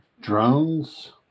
drones